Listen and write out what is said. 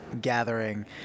gathering